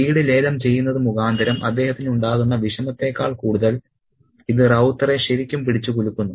വീട് ലേലം ചെയ്യുന്നത് മുഖാന്തരം അദ്ദേഹത്തിന് ഉണ്ടാകുന്ന വിഷമത്തെക്കാൾ കൂടുതൽ ഇത് റൌത്തറിനെ ശരിക്കും പിടിച്ച് കുലുക്കുന്നു